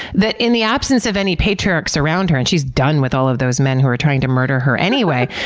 that in the absence of any patriarchs around her and she's done with all of those men who are trying to murder her, anyway,